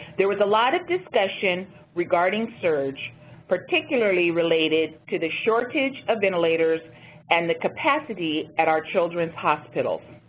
there was a lot of discussion regarding surge particularly related to the shortage of ventilators and the capacity at our children's hospitals.